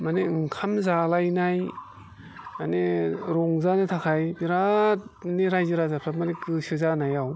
माने ओंखाम जालायनाय माने रंजानो थाखाय बिरादनो रायजो राजाफ्रा माने गोसो जानायाव